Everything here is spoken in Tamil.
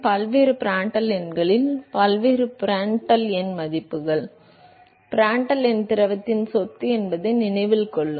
பல்வேறு பிராண்டல் எண்களில் பல்வேறு பிராண்டல் எண் மதிப்புகள் எனவே பிராண்ட்டல் எண் திரவத்தின் சொத்து என்பதை நினைவில் கொள்க